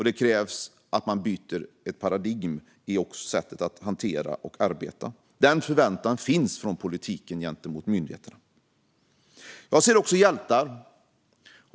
Det krävs att man byter paradigm i sättet att arbeta och hantera detta. Den förväntan finns från politiken gentemot myndigheterna. Jag ser också hjältar.